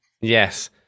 yes